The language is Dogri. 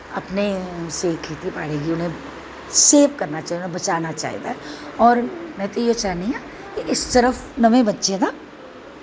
खेती बॉड़ी गी उनैं सेफ करनां चाही दा ऐ बचाना चाही दा ऐ और में ते इयो चाह्नीं आं कि नमें बच्चें दा